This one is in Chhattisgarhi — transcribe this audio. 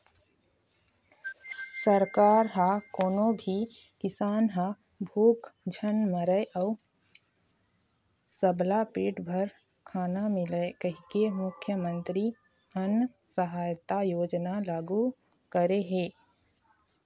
सरकार ह कोनो भी किसान ह भूख झन मरय अउ सबला पेट भर खाना मिलय कहिके मुख्यमंतरी अन्न सहायता योजना लागू करे हे